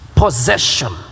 possession